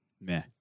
meh